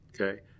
okay